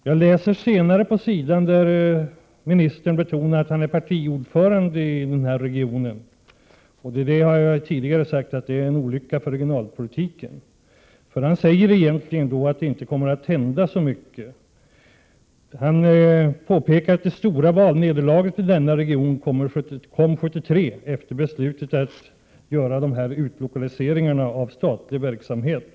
Längre fram i talet betonade industriministern att han är partiordförande i Stockholmsregionen, och det har jag tidigare sagt är en olycka för regionalpolitiken. Han säger egentligen att det inte kommer att hända så mycket. Han påpekar att det stora valnederlaget i denna region kom 1973 efter beslutet att utlokalisera statlig verksamhet.